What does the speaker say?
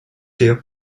you